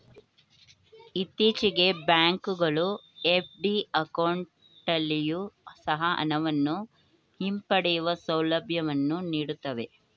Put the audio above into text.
ಇತ್ತೀಚೆಗೆ ಬ್ಯಾಂಕ್ ಗಳು ಎಫ್.ಡಿ ಅಕೌಂಟಲ್ಲಿಯೊ ಸಹ ಹಣವನ್ನು ಹಿಂಪಡೆಯುವ ಸೌಲಭ್ಯವನ್ನು ನೀಡುತ್ತವೆ